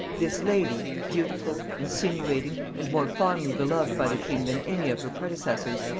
this lady, beautiful, insinuating, and more fondly beloved by the king than any of her predecessors,